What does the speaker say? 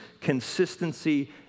consistency